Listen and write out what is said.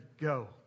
go